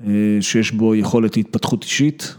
שיש בו יכולת להתפתחות אישית.